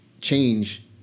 change